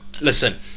listen